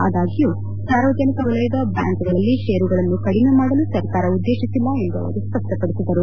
ಅದಾಗ್ಲೂ ಸಾರ್ವಜನಿಕ ವಲಯದ ಬ್ಲಾಂಕ್ಗಳಲ್ಲಿ ಶೇರುಗಳನ್ನು ಕಡಿಮೆ ಮಾಡಲು ಸರ್ಕಾರ ಉದ್ದೇಶಿಸಿಲ್ಲ ಎಂದು ಅವರು ಸ್ಪಪ್ಪಡಿಸಿದರು